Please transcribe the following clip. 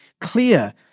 clear